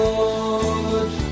Lord